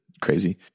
crazy